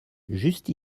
juste